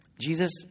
jesus